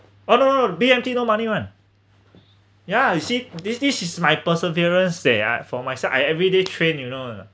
oh no no no B_M_T no money [one] yeah is it this this is my perseverance they're for myself I everyday train you know or not